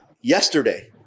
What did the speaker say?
yesterday